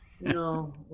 No